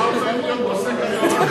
למה הוא צריך להיות פוסק הדור?